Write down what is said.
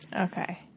okay